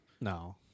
No